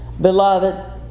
Beloved